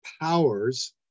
powers